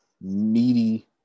meaty